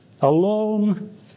Alone